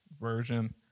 version